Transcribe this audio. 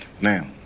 Now